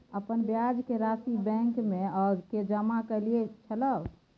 अपन ब्याज के राशि बैंक में आ के जमा कैलियै छलौं?